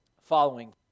following